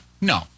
No